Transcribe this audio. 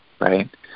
right